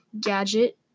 gadget